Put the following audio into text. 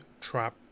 trap